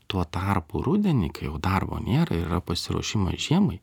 tuo tarpu rudenį kai jau darbo nėra yra pasiruošimas žiemai